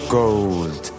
gold